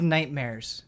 Nightmares